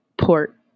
port